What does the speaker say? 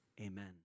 amen